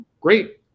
Great